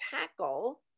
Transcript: tackle